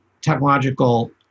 technological